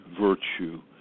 virtue